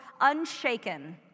Unshaken